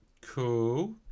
cool